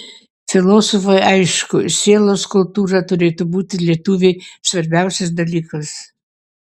filosofui aišku sielos kultūra turėtų būti lietuviui svarbiausias dalykas